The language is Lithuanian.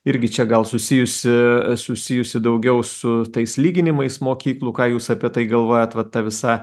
irgi čia gal susijusi susijusi daugiau su tais lyginimais mokyklų ką jūs apie tai galvojat va ta visa